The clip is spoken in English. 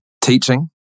Teaching